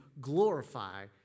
glorify